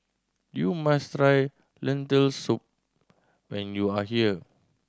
you must try Lentil Soup when you are here